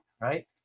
right